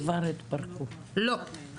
לא.